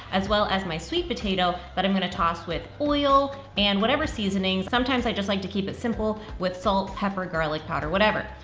as well as my sweet potato that but i'm gonna toss with oil and whatever seasonings. sometimes i just like to keep it simple with salt, pepper, garlic powder, whatever.